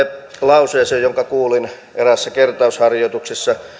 lauseeseen jonka kuulin eräässä kertausharjoituksessa